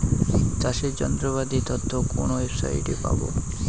চাষের যন্ত্রপাতির তথ্য কোন ওয়েবসাইট সাইটে পাব?